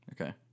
Okay